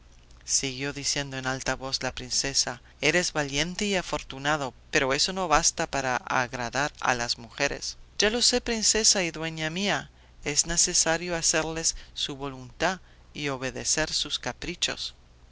interesa meñique siguió diciendo en alta voz la princesa eres valiente y afortunado pero eso no basta para agradar a las mujeres ya lo sé princesa y dueña mía es necesario hacerles su voluntad y obedecer sus caprichos